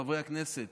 חברי הכנסת